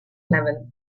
level